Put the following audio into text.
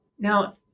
Now